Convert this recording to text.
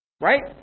right